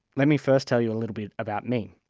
let me first tell you a little bit about me.